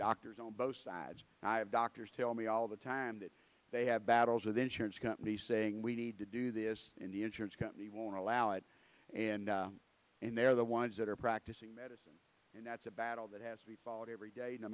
doctors on both sides and i have doctors tell me all the time that they have battles with insurance companies saying we need to do this in the insurance company won't allow it and and they're the ones that are practicing medicine and that's a battle that has to be followed every day no